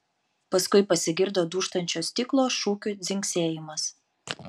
paskui pasigirdo dūžtančio stiklo šukių dzingsėjimas